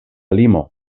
limo